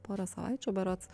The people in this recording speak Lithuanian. porą savaičių berods